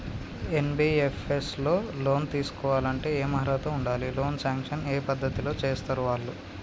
NBFS లో loan తీస్కోవాలంటే ఏం అర్హత ఉండాలి? లోన్ సాంక్షన్ ఏ పద్ధతి లో చేస్తరు వాళ్లు?